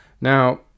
Now